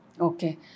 Okay